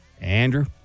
Andrew